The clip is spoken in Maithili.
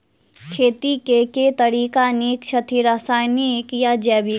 खेती केँ के तरीका नीक छथि, रासायनिक या जैविक?